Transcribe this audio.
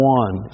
one